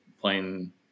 playing –